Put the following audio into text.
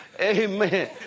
amen